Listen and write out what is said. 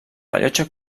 rellotge